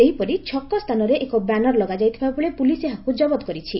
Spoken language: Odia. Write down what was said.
ସେହିପରି ଛକ ସ୍ଥାନରେ ଏକ ବ୍ୟାନର ଲଗାଯାଇଥିବା ବେଳେ ପୁଲିସ୍ ଏହାକୁ ଜବତ କରିଛି